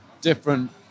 different